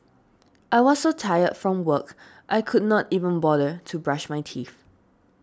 I was so tired from work I could not even bother to brush my teeth